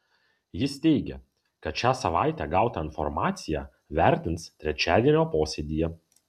jis teigia kad šią savaitę gautą informaciją vertins trečiadienio posėdyje